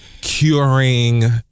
curing